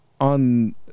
On